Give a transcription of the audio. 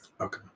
Okay